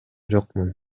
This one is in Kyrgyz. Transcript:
жокмун